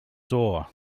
door